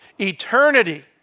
eternity